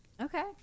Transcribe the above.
Okay